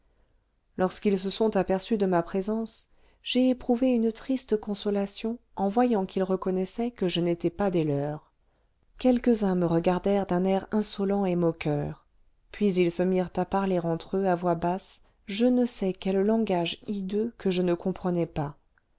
lorsqu'ils se sont aperçus de ma présence j'ai éprouvé une triste consolation en voyant qu'ils reconnaissaient que je n'étais pas des leurs quelques-uns me regardèrent d'un air insolent et moqueur puis ils se mirent à parler entre eux à voix basse je ne sais quel langage hideux que je ne comprenais pas